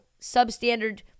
substandard